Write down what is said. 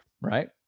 Right